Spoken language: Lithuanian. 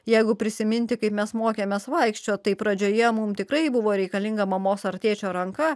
jeigu prisiminti kaip mes mokėmės vaikščioti tai pradžioje mums tikrai buvo reikalinga mamos ar tėčio ranka